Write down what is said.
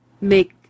make